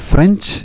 French